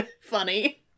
funny